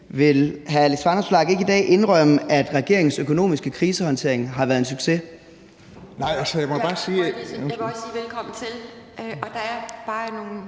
Vil hr. Alex Vanopslagh ikke i dag indrømme, at regeringens økonomiske krisehåndtering har været en succes?